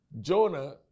Jonah